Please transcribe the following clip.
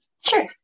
sure